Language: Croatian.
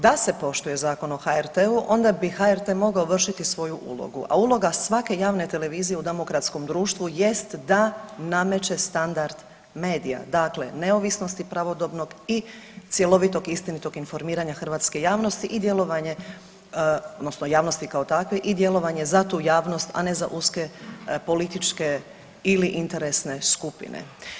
Da se poštuje Zakon o HRT-u onda bi HRT mogao vršiti svoju uloga, a uloga svake javne televizije u demokratskom društvu jest da nameće standard medija, dakle neovisnosti pravodobnog i cjelovitog istinitog informiranja hrvatske javnosti i djelovanje odnosno javnosti kao takve i djelovanje za tu javnost, a ne za uske političke ili interesne skupine.